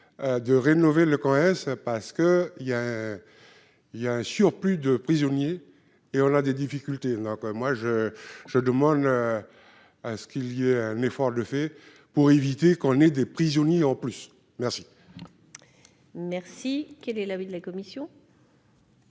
de rénover le camp hein ça parce que il y a, il y a un surplus de prisonniers et on a des difficultés, non moi je, je demande à ce qu'il y a un effort de fait pour éviter qu'on ait des prisonniers en plus merci. Merci, quel est l'avis de la commission.